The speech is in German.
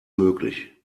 möglich